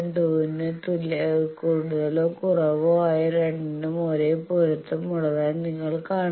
2 ന് കൂടുതലോ കുറവോ ആയ രണ്ടിനും ഒരേ പൊരുത്തം ഉള്ളതായി നിങ്ങൾ കാണുന്നു